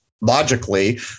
logically